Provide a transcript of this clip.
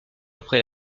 après